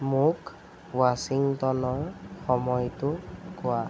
মোক ৱাশ্বিংটনৰ সময়টো কোৱা